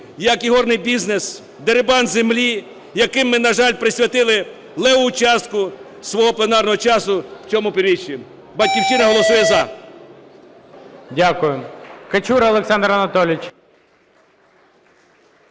як ігорний бізнес, дерибан землі, яким ми, на жаль, присвятили левову частку свого пленарного часу в цьому півріччі. "Батьківщина" голосує "за". ГОЛОВУЮЧИЙ. Дякую. Качура Олександр Анатолійович.